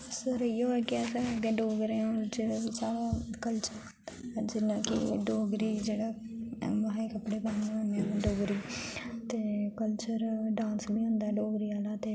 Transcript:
sir इ'यो ऐ कि असें डोगरें आं साढ़ा कल्चर जि'यां कि डोगरी जेह्ड़ा आहे्ं कपड़े पाये होने डोगरी ते कल्चर डांस बी होंदा ऐ डोगरी आह्ला ते